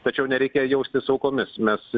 tačiau nereikia jaustis aukomis mes